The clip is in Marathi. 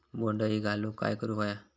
बोंड अळी घालवूक काय करू व्हया?